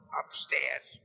upstairs